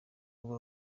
ubu